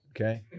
Okay